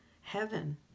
heaven